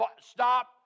stop